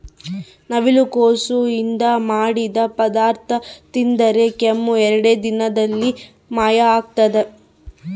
ನವಿಲುಕೋಸು ನಿಂದ ಮಾಡಿದ ಪದಾರ್ಥ ತಿಂದರೆ ಕೆಮ್ಮು ಎರಡೇ ದಿನದಲ್ಲಿ ಮಾಯ ಆಗ್ತದ